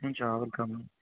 हुन्छ वेलकम